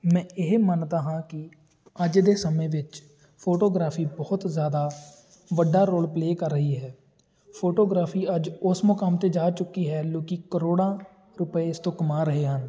ਮੈਂ ਇਹ ਮੰਨਦਾ ਹਾਂ ਕਿ ਅੱਜ ਦੇ ਸਮੇਂ ਵਿੱਚ ਫੋਟੋਗ੍ਰਾਫੀ ਬਹੁਤ ਜ਼ਿਆਦਾ ਵੱਡਾ ਰੋਲ ਪਲੇਅ ਕਰ ਰਹੀ ਹੈ ਫੋਟੋਗ੍ਰਾਫੀ ਅੱਜ ਉਸ ਮੁਕਾਮ 'ਤੇ ਜਾ ਚੁੱਕੀ ਹੈ ਲੋਕ ਕਰੋੜਾਂ ਰੁਪਏ ਇਸ ਤੋਂ ਕਮਾ ਰਹੇ ਹਨ